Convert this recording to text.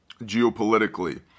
geopolitically